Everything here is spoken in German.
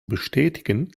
bestätigen